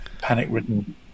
panic-ridden